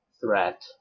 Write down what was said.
threat